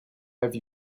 have